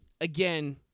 again